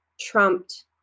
trumped